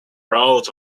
road